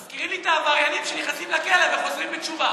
אתם מזכירים לי את העבריינים שנכנסים לכלא וחוזרים בתשובה.